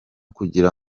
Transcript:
kugira